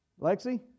lexi